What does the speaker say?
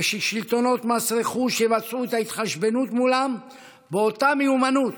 ושלטונות מס רכוש יבצעו את ההתחשבנות מולם באותה מיומנות